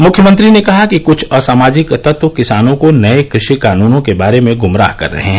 मुख्यमंत्री ने कहा कि कुछ असामाजिक तत्व किसानों को नए कृषि कानूनों के बारे में गुमराह कर रहे हैं